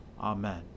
Amen